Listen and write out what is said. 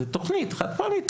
זו תכנית חד פעמית,